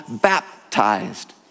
baptized